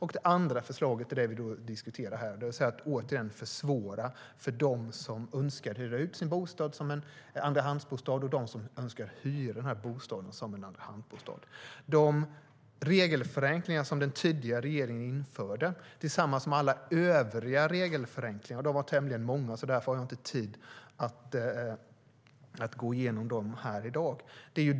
För det andra har vi det förslag vi diskuterar här, nämligen att återigen försvåra för dem som önskar hyra ut sin bostad som en andrahandsbostad och för dem som önskar hyra den.De regelförenklingar som den tidigare regeringen införde tillsammans med alla övriga regelförenklingar var tämligen många, och jag har inte tid att gå igenom dem här i dag.